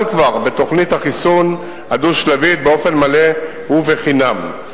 בתוכנית החיסון הדו-שלבית באופן מלא ובחינם.